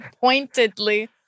pointedly